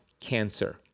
cancer